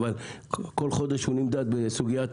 אבל כל חודש הוא נמדד בסוגיית